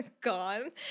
Gone